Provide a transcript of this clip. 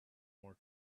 more